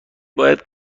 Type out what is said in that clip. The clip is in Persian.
باید